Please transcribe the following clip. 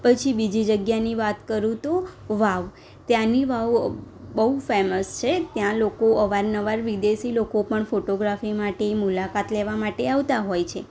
પછી બીજી જગ્યાની વાત કરું તો વાવ ત્યાંની વાવ બહુ ફેમસ છે ત્યાં લોકો અવારનવાર વિદેશી લોકો પણ ફોટોગ્રાફી માટે મુલાકાત લેવા માટે આવતા હોય છે